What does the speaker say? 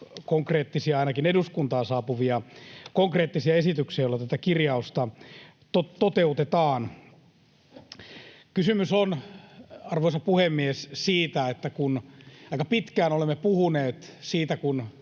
konkreettisia, ainakin eduskuntaan saapuvia konkreettisia esityksiä, joilla tätä kirjausta toteutetaan. Kysymys on, arvoisa puhemies, siitä, että aika pitkään olemme puhuneet siitä, kun